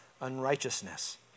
unrighteousness